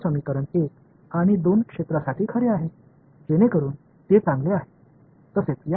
எனவே இந்த ஒரு சமன்பாடு 1 மற்றும் 2 பகுதிகளுக்கு உண்மை எனவே மிகவும் நல்லது